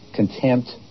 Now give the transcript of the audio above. Contempt